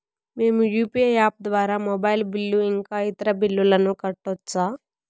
మేము UPI app ద్వారా mobile bill ఇంకా ఇతర బిల్లులను కట్టొచ్చు